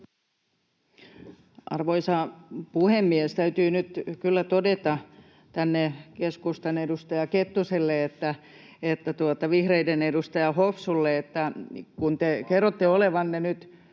Arvoisa puhemies! Täytyy kyllä todeta sekä keskustan edustaja Kettuselle että vihreiden edustaja Hopsulle: Kun te nyt kerrotte olevanne